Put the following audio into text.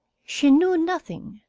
she knew nothing.